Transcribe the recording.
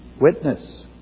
Witness